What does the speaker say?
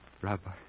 Rabbi